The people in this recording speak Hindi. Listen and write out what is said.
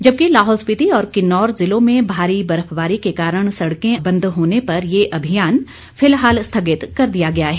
जबकि लाहौल स्पीति और किन्नौर जिलों में भारी बर्फबारी के कारण सड़कें बंद होने पर यह अभियान फिलहाल स्थगित कर दिया गया है